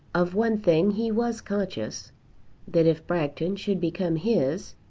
of one thing he was conscious that if bragton should become his,